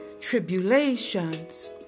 tribulations